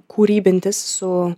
kūrybintis su